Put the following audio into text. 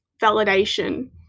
validation